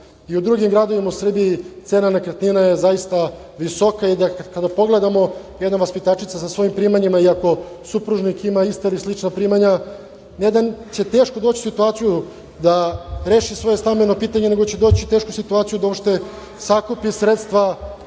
i u drugim gradovima u Srbiji cena nekretnina je zaista visoka. Kada pogledamo, jedna vaspitačica sa svojim primanjima i ako supružnik ima ista ili slična primanja, ne da će teško doći u situaciju da reši svoje stambeno pitanje, nego će doći u tešku situaciju da uopšte sakupi sredstva